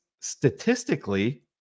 statistically